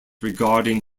regarding